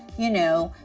you know,